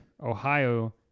Ohio